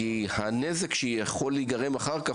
כי הנזק שיכול להיגרם אחר כך,